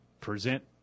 present